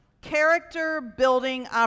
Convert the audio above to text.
character-building